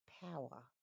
power